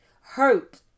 Hurt